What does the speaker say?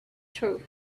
through